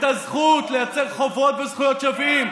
את הזכות לייצר חובות וזכויות שווים.